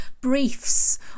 briefs